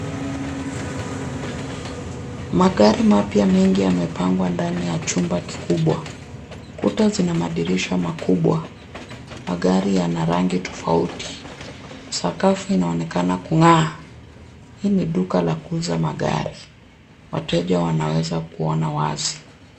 Magari mengi mapya yamepangwa ndani ya chumba kikubwa. Kuta zina madirisha makubwa. Magari yana rangi tofauti. Sakafu inaonekana kung'aa. Hii ni duka la kuuza magari. Wateja wanaweza kuona wazi.